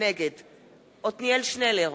נגד עתניאל שנלר,